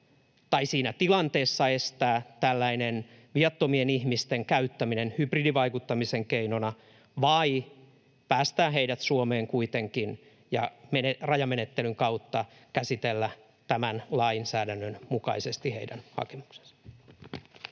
tai siinä tilanteessa estää tällainen viattomien ihmisten käyttäminen hybridivaikuttamisen keinona vai päästää heidät Suomeen kuitenkin ja rajamenettelyn kautta käsitellä tämän lainsäädännön mukaisesti heidän hakemuksensa?